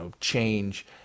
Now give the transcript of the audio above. change